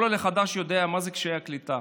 כל עולה חדש יודע מה זה קשיי קליטה,